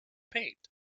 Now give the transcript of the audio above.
paint